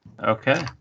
okay